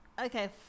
Okay